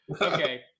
Okay